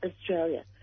Australia